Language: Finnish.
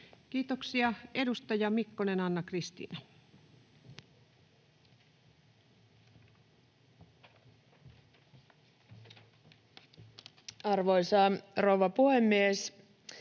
Kiitoksia. — Edustaja Mikkonen, Anna-Kristiina. Arvoisa rouva puhemies!